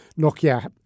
Nokia